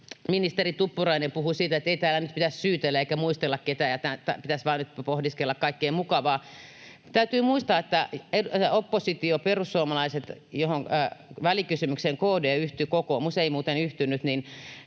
ministeri Tuppurainen puhui siitä, että ei täällä nyt pitäisi syytellä eikä muistella ketään ja pitäisi vain nyt pohdiskella kaikkea mukavaa. Täytyy muistaa, että oppositio, perussuomalaiset, joiden välikysymykseen KD yhtyi, kokoomus ei muuten yhtynyt,